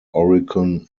oricon